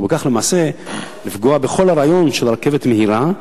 ובכך למעשה לפגוע בכל הרעיון של רכבת מהירה,